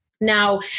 Now